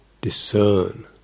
discern